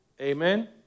Amen